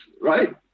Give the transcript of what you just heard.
right